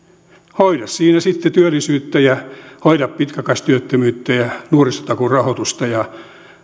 hoida siinä sitten työllisyyttä ja hoida pitkäaikaistyöttömyyttä ja nuorisotakuun rahoitusta ja